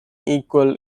equal